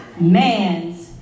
man's